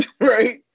right